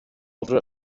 altra